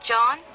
John